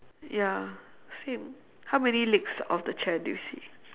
ya same how many legs of the chair do you see